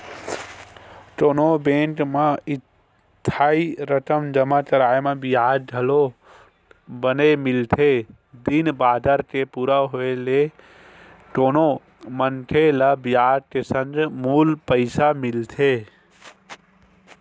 कोनो बेंक म इस्थाई रकम जमा कराय म बियाज घलोक बने मिलथे दिन बादर के पूरा होय ले कोनो मनखे ल बियाज के संग मूल पइसा मिलथे